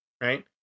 right